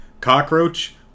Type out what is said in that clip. Cockroach